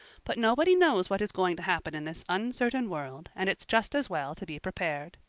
but nobody knows what is going to happen in this uncertain world, and it's just as well to be prepared.